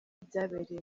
byabereye